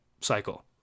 cycle